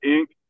Inc